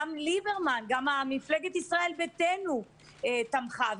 גם ליברמן, גם מפלגת ישראל ביתנו תמכה.